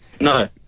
No